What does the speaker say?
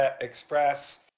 Express